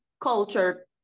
culture